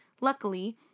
luckily